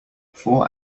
four